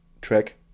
track